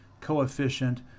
coefficient